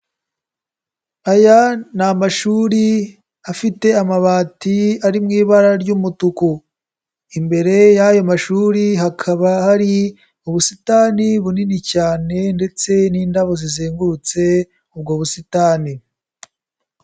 Aya ni amashuri afite amabati ari mu ibara ry'umutuku. Imbere y'ayo mashuri, hakaba hari ubusitani bunini cyane ndetse n'indabo zizengurutse ubwo busitani.